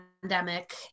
pandemic